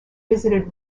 visited